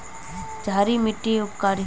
क्षारी मिट्टी उपकारी?